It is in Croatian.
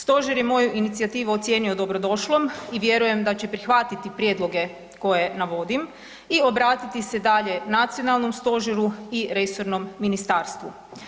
Stožer je moju inicijativu ocijenio dobrodošlom i vjerujem da će prihvatiti prijedloge koje navodim i obratiti se dalje nacionalnom stožeru i resornom ministarstvu.